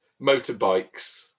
motorbikes